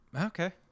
okay